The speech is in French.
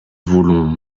voulons